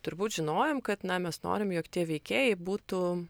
turbūt žinojom kad na mes norim jog tie veikėjai būtų